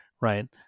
Right